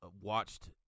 watched